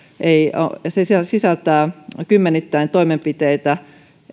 sisältää kymmenittäin toimenpiteitä